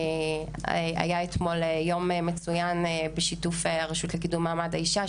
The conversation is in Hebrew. היה אתמול יום מצוין בשיתוף הרשות לקידום מעמד האישה,